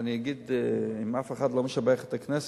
אם אף אחד לא משבח את הכנסת,